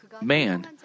man